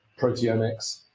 proteomics